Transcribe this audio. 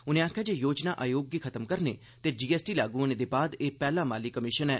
उने आक्खेआ जे योजना आयोग गी खत्म करने ते जीएसटी लागू होने दे बाद एह् पैला माली कमीशन ऐ